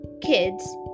kids